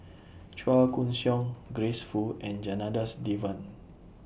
Chua Koon Siong Grace Fu and Janadas Devan